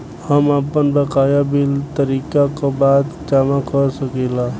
हम आपन बकाया बिल तारीख क बाद जमा कर सकेला?